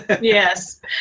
Yes